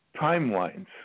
timelines